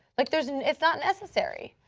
like, there's it's not necessary.